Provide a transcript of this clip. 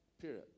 Period